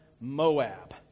Moab